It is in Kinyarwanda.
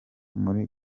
muri